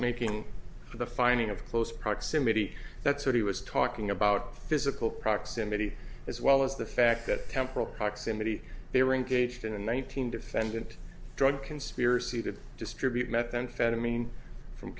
making the finding of close proximity that's what he was talking about physical proximity as well as the fact that temporal proximity they were engaged in one thousand defendant drug conspiracy to distribute methamphetamine from